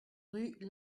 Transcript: rue